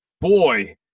boy